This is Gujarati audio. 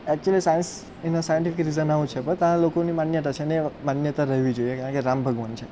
એકચુલી સાઇન્સ એના સાઇન્ટિફિક રિઝન આવું છે પણ ત્યાં ના લોકોની માન્યતા છે ને એ માન્યતા રહેવી જોઈએ કારણ કે રામ ભગવાન છે